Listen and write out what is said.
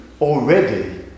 already